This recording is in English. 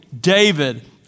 David